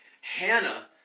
Hannah